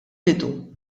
bidu